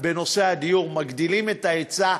מגדילים את ההיצע,